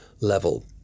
level